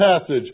passage